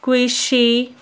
quiche